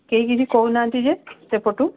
କେହି କିଛି କହୁନାହାନ୍ତି ଯେ ସେପଟୁ